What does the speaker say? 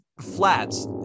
Flats